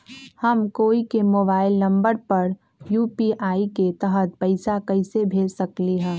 हम कोई के मोबाइल नंबर पर यू.पी.आई के तहत पईसा कईसे भेज सकली ह?